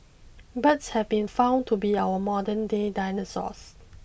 birds have been found to be our modern day dinosaurs